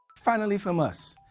finally from us,